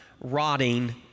rotting